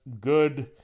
good